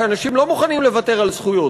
כי אנשים לא מוכנים לוותר על זכויות,